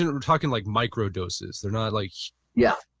and we're talking like microdoses, they're not like yeah,